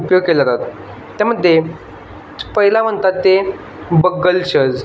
उपयोग केले जातात त्यामध्ये पहिला म्हणतात ते बगलशज